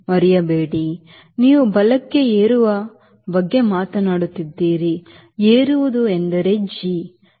ಮರೆಯಬೇಡಿ ನೀವು ಬಲಕ್ಕೆ ಏರುವ ಬಗ್ಗೆ ಮಾತನಾಡುತ್ತಿದ್ದೀರಿ ಏರುವುದು ಎಂದರೆ G ಜಿ ಎಂದರೆ T minus D by w